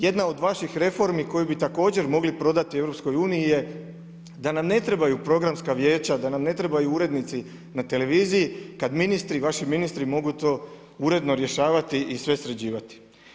Jedna od vaših reformi koju bi također mogli prodati EU je da nam ne trebaju programska vijeća, da nam ne trebaju urednici na televiziji kad ministri, vaši ministri mogu to uredno rješavati i sve sređivati.